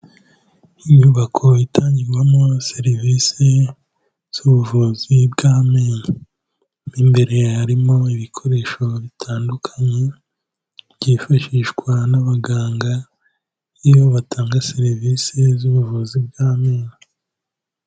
Inyubako itangirwamo serivisi z'ubuvuzi bw'amenyo, mo imbere harimo ibikoresho bitandukanye byifashishwa n'abaganga iyo batanga serivisi z'ubuvuzi bw'amenyo.